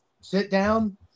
sit-down